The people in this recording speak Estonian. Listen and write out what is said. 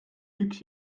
üks